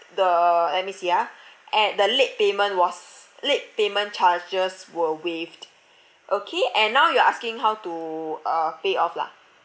the let me see ah at the late payment was late payment charges were waived okay and now you are asking how to uh pay off lah